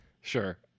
Sure